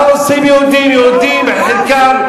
מה עושים חרדים בניו-יורק?